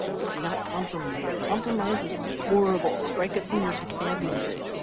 it's not compromise. compromise is horrible. strike it from your vocabulary.